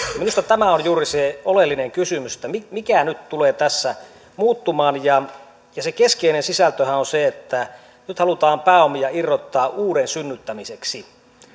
minusta tämä on juuri se oleellinen kysymys että mikä nyt tulee tässä muuttumaan se keskeinen sisältöhän on se että nyt halutaan pääomia irrottaa uuden synnyttämiseksi